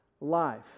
life